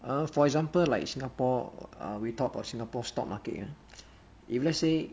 uh for example like singapore uh we talked about singapore stock market ah if let's say